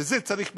לזה צריך מנהיגות.